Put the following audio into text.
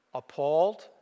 appalled